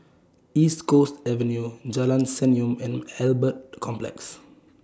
East Coast Avenue Jalan Senyum and Albert Complex